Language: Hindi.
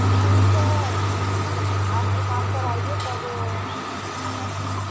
ठीक है आप दुकान पर आइए तब हम बताते हैं